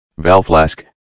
valflask